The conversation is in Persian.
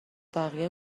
بقیه